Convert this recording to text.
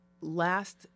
Last